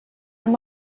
amb